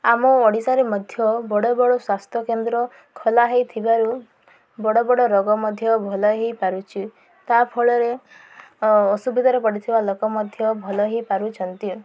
ଆମ ଓଡ଼ିଶାରେ ମଧ୍ୟ ବଡ଼ ବଡ଼ ସ୍ୱାସ୍ଥ୍ୟ କେନ୍ଦ୍ର ଖୋଲା ହେଇଥିବାରୁ ବଡ଼ ବଡ଼ ରୋଗ ମଧ୍ୟ ଭଲ ହେଇପାରୁଚି ତା ଫଳରେ ଅସୁବିଧାରେ ପଡ଼ୁଥିବା ଲୋକ ମଧ୍ୟ ଭଲ ହେଇପାରୁଛନ୍ତି